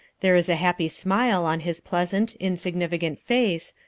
there is a happy smile on his pleasant, insignificant face,